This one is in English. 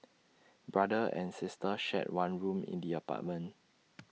brother and sister shared one room in the apartment